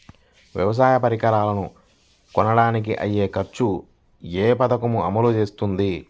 వ్యవసాయ పరికరాలను కొనడానికి అయ్యే ఖర్చు ఏ పదకము అమలు చేస్తుంది?